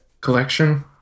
collection